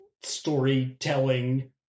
storytelling